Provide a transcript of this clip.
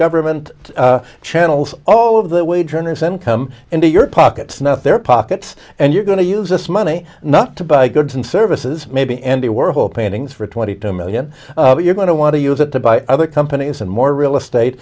government channels all of that wage earners income into your pockets not their pockets and you're going to use this money not to buy goods and services maybe andy warhol paintings for twenty two yes but you're going to want to use it to buy other companies and more real estate